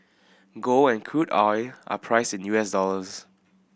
gold and crude oil are priced in U S dollars